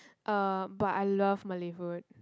um but I love Malay food